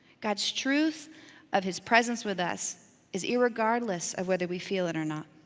god's truth of his presence with us is irregardless of whether we feel it or not.